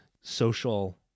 social